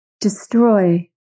Destroy